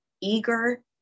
eager